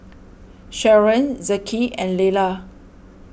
Sharon Zeke and Leila